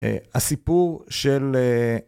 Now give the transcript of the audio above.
הסיפור של